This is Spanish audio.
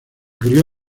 crio